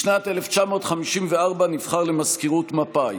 בשנת 1954 נבחר למזכירות מפא"י.